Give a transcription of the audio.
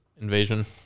invasion